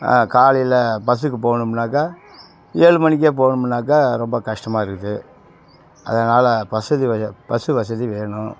காலையில் பஸ்ஸுக்கு போகணுமுன்னாக்கா ஏழு மணிக்கே போகணுமுன்னாக்கா ரொம்ப கஷ்டமாக இருக்குது அதனால் வசதி பஸ்ஸு வசதி வேணும்